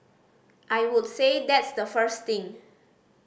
I would say that's the first thing